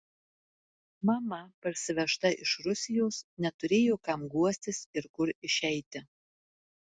mama parsivežta iš rusijos neturėjo kam guostis ir kur išeiti